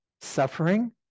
suffering